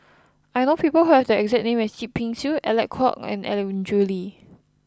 I know people who have the exact name as Yip Pin Xiu Alec Kuok and Andrew Lee